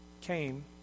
came